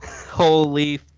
Holy